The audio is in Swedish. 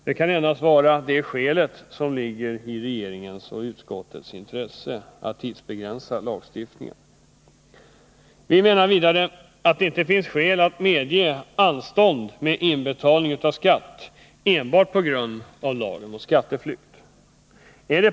Det kan endast vara det som är regeringens och utskotts 26 november 1980 majoritetens skäl till att tidsbegränsa lagen. Vi menar att det inte finns skäl att medge anstånd med inbetalning av skatt enbart på grund av lagen mot skatteflykt.